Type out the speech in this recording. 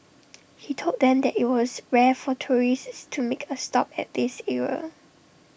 he told them that IT was rare for tourists to make A stop at this area